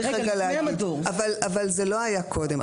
זה לא היה קודם.